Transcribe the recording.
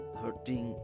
hurting